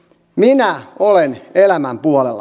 minä olen elämän puolella